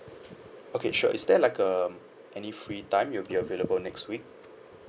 okay sure is there like um any free time you'll be available next week